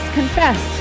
confess